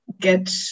get